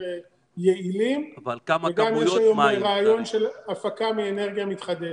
יעילים וגם יש היום רעיון של הפקה מאנרגיה מתחדשת.